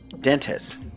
dentists